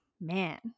man